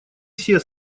все